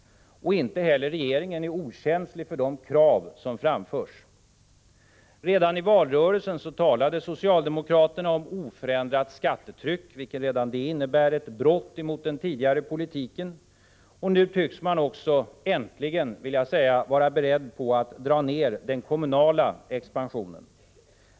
Och inte heller regeringen är okänslig för de krav som framförs. Redan i valrörelsen talade socialdemokraterna om oförändrat skattetryck, vilket redan det innebär ett brott mot den tidigare politiken, och nu tycks man också, äntligen vill jag säga, vara beredd på att dra ned den kommunala expansionen.